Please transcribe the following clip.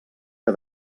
que